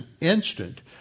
instant